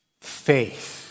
faith